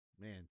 man